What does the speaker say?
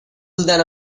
than